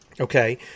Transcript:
Okay